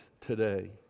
today